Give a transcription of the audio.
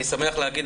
אני שמח להגיד,